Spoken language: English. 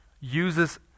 uses